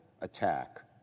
attack